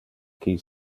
qui